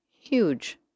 huge